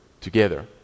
together